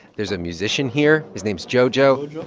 there's a musician here. his name's jojo jojo